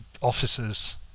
officers